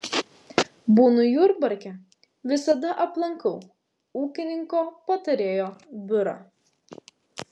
būnu jurbarke visada aplankau ūkininko patarėjo biurą